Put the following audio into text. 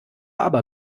aber